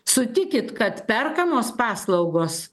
sutikit kad perkamos paslaugos